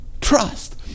trust